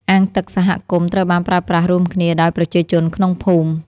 អាងទឹកសហគមន៍ត្រូវបានប្រើប្រាស់រួមគ្នាដោយប្រជាជនក្នុងភូមិ។